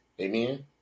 Amen